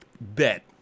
bet